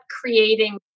creating